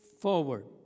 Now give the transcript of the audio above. forward